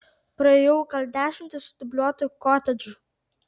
praėjau gal dešimtį sudubliuotų kotedžų